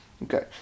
Okay